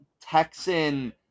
Texan